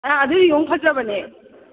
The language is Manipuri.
ꯑꯥ ꯑꯗꯨꯒꯤꯗꯣ ꯐꯖꯕꯅꯦ